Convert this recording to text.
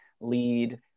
lead